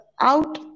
out